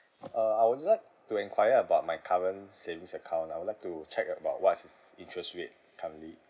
uh I would like to enquire about my current savings account I would like to check about what's interest rate currently